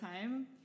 time